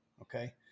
Okay